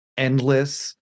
endless